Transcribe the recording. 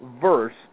verse